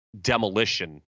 demolition